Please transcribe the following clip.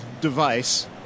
device